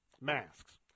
masks